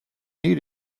need